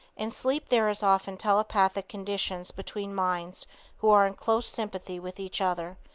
in sleep there is often telepathic conditions between minds who are in close sympathy with each other,